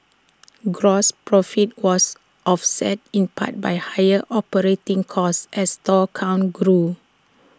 gross profit was offset in part by higher operating costs as store count grew